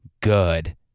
Good